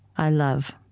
i love.